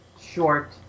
short